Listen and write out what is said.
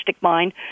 mind